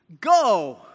Go